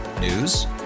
News